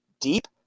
deep